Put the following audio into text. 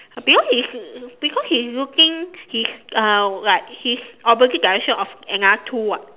because he's because he's looking he's uh like he's opposite direction of another two [what]